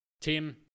Tim